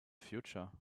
future